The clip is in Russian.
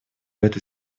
этой